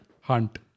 Hunt